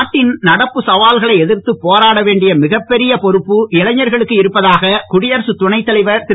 நாட்டின் நடப்பு சவால்களை எதிர்த்து போராட வேண்டிய மிகப்பெரிய பொறுப்பு இளைஞர்களுக்கு இருப்பதாக குடியரகத் துணைத் தலைவர் திரு